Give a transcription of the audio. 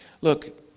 Look